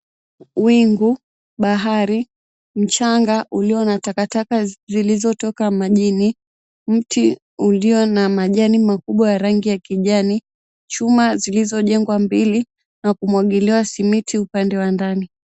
Wingu, bahari, mchanga ulio na takataka zilizotoka majini, mti ulio na majani makubwa ya rangi ya kijani, chuma zilizojengwa mbili na kumwagiliwa simiti upande wa ndani.